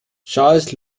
charles